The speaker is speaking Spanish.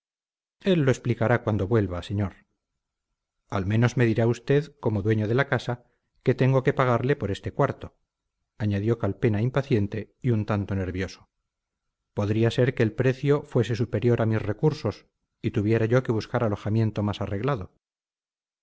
él lo explicará cuando vuelva señor al menos me dirá usted como dueño de la casa qué tengo que pagarle por este cuarto añadió calpena impaciente y un tanto nervioso podría ser que el precio fuese superior a mis recursos y tuviera yo que buscar alojamiento más arreglado